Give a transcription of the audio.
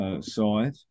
side